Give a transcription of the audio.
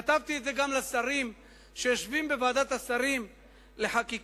כתבתי את זה גם לשרים שיושבים בוועדת השרים לחקיקה,